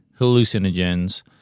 hallucinogens